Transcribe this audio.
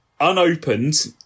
unopened